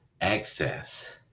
access